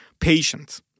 patient